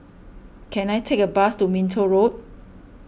can I take a bus to Minto Road